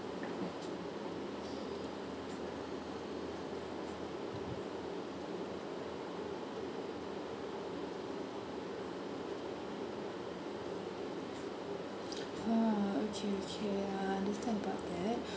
!huh! okay okay I understand about that